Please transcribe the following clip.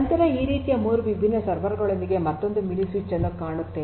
ನಂತರ ಈ ರೀತಿಯ ಮೂರು ವಿಭಿನ್ನ ಸರ್ವರ್ ಗಳೊಂದಿಗೆ ಮತ್ತೊಂದು ಮಿನಿ ಸ್ವಿಚ್ ಅನ್ನು ಕಾಣುತ್ತೇವೆ